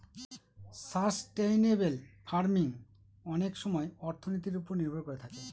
sustainable farming অনেক সময় অর্থনীতির ওপর নির্ভর করে থাকে